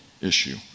issue